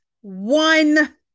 One